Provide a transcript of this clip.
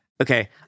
okay